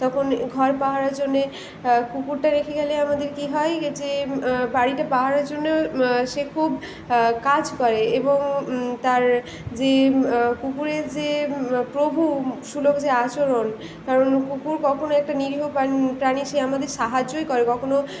তখন ঘর পাহারার জন্যে কুকুরটা রেখে গেলে আমাদের কি হয় যে বাড়িটা পাহারার জন্য সে খুব কাজ করে এবং তার যে কুকুরের যে প্রভুসুলভ যে আচরণ কারণ কুকুর কখনোই একটা নিরীহ প্রাণী সে আমাদের সাহায্যই করে কখনও